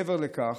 מעבר לכך,